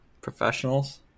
professionals